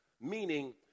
meaning